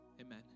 Amen